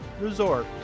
Resort